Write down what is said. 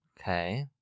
Okay